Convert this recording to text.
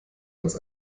als